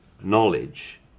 knowledge